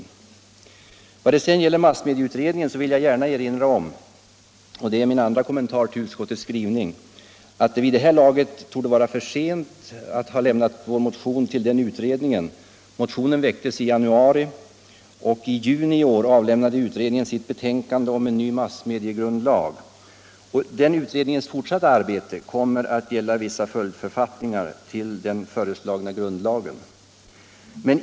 Det är det vår motion gäller. När det gäller massmedieutredningen vill jag erinra om — och det är min andra kommentar till utskottets skrivning — att det vid det här laget torde vara för sent att lämna vår motion till den utredningen. Motionen väcktes i januari, och i juni i år avlämnade utredningen sitt betänkande om en ny massmediegrundlag. Utredningens fortsatta arbete kommer att gälla vissa följdförfattningar till den föreslagna grundlagen.